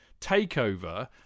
takeover